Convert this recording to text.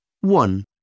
One